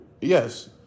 Yes